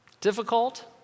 Difficult